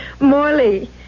Morley